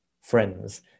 friends